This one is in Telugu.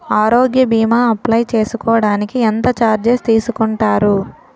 ఆరోగ్య భీమా అప్లయ్ చేసుకోడానికి ఎంత చార్జెస్ తీసుకుంటారు?